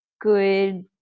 good